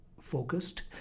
focused